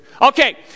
okay